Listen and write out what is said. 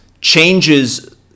changes